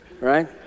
Right